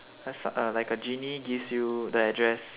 that's like a genie gives you the address